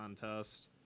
contest